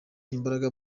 imbaraga